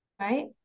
right